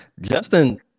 Justin